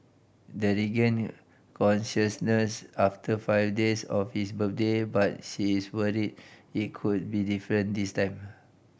the regained consciousness after five days of his birthday but she is worried it could be different this time